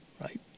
right